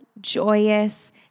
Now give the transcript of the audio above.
joyous